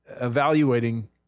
evaluating